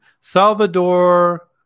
Salvador